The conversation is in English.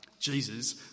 Jesus